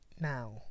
now